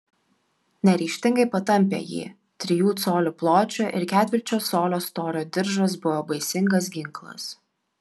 neryžtingai patampė jį trijų colių pločio ir ketvirčio colio storio diržas buvo baisingas ginklas